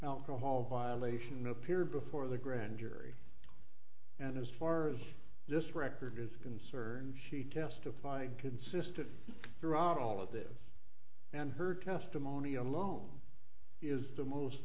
alcohol violation appeared before the grand jury and as far as this record is concerned she testified consistent throughout all of this and her testimony alone is the most